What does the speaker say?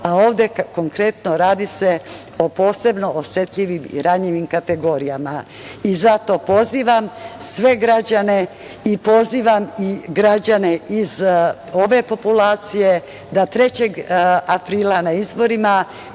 a ovde se konkretno radi o posebno osetljivim i ranjivim kategorijama. Zato pozivam sve građane i pozivam i građane iz ove populacije da 3. aprila na izborima